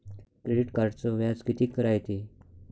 Credit कार्डचं व्याज कितीक रायते?